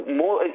more